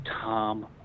tom